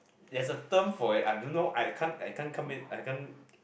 there's a term for it I don't know I can't I can't come it I can't